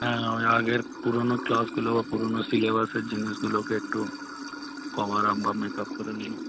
হ্যাঁ ওই আগের পুরনো ক্লাসগুলো বা পুরনো সিলেবাসের জিনিসগুলোকে একটু কভার আপ বা মেকআপ করে নিন